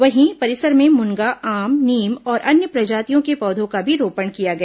वहीं परिसर में मुनगा आम नीम और अन्य प्रजातियों के पौधों का भी रोपण किया गया